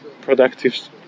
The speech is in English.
productive